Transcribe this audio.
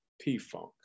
P-Funk